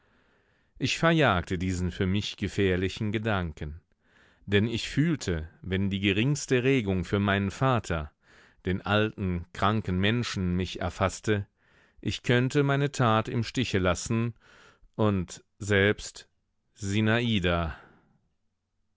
ich verjagte diesen für mich gefährlichen gedanken denn ich fühlte wenn die geringste regung für meinen vater den alten kranken menschen mich erfaßte ich könnte meine tat im stiche lassen und selbst